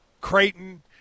Creighton